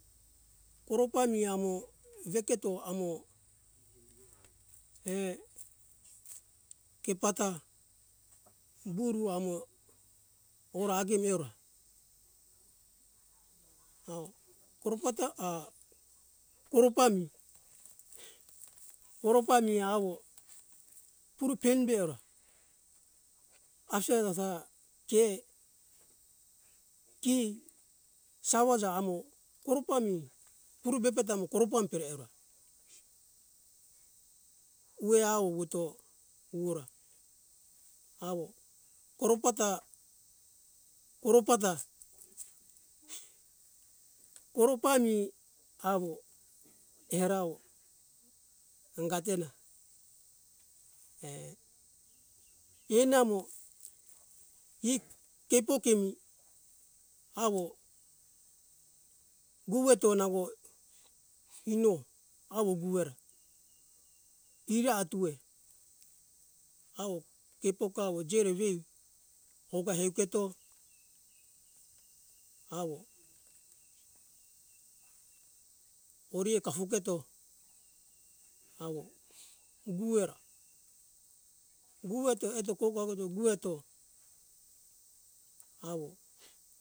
Koropa mi amo veketo amo err kepata vuru amo ora agi meora au koropata ar koropa mi koropa mi awo puru peimbe ora aseraja ke ki sawaja amo koropa mi puru bebeta mo koropa em pere ora wea wuwuto wowora awo koropata koropata koropami awo erawo anga te ona err enamo ik keipok kemi awo goweto nango ino awo guwera iri atuwe awo keipok awo jere veu oga heiketo awo orioka fu keto awo guwera guweto eto ko kago to eto guweto awo